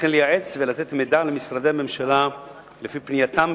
וכן לייעץ ולתת מידע למשרדי הממשלה לפי פנייתם,